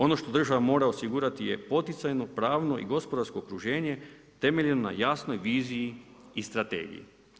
Ono što država mora osigurati je poticajno, pravno i gospodarsko okruženje temeljen na jasnoj viziji i strategiji.